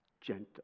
Gentle